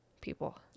people